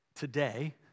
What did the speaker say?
Today